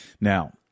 Now